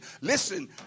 Listen